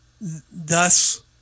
Thus